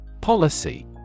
Policy